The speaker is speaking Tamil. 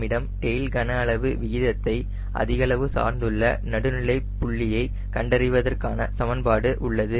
நம்மிடம் டெயில் கன அளவு விகிதத்தை அதிக அளவு சார்ந்துள்ள நடுநிலைப் புள்ளியை கண்டறிவதற்கான சமன்பாடு உள்ளது